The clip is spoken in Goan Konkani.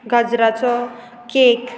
गाजराचो केक